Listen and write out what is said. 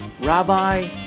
Rabbi